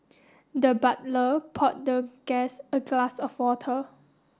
the butler poured the guest a glass of water